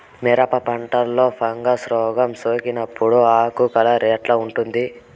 మిరప పంటలో ఫంగల్ రోగం సోకినప్పుడు ఆకు కలర్ ఎట్లా ఉంటుంది?